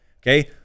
okay